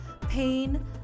pain